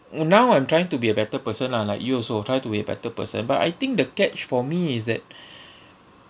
uh now I'm trying to be a better person lah like you also try to be a better person but I think the catch for me is that